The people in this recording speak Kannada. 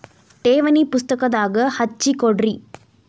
ಠೇವಣಿ ಪುಸ್ತಕದಾಗ ಹಚ್ಚಿ ಕೊಡ್ರಿ